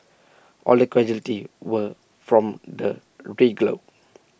all the casualties were from the